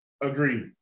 Agreed